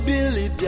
Billy